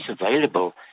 available